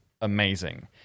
amazing